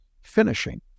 finishing